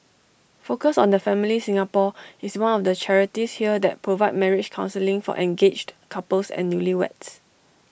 focus on the family Singapore is one of the charities here that provide marriage counselling for engaged couples and newlyweds